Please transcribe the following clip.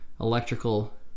electrical